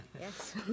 Yes